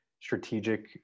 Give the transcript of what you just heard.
strategic